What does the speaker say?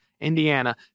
indiana